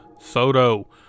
Soto